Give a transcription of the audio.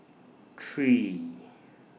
three